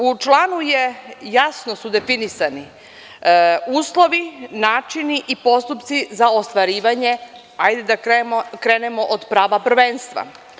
U članu su jasno definisani uslovi, načini i postupci za ostvarivanje, hajde da krenemo od prava prvenstva.